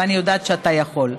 ואני יודעת שאתה יכול.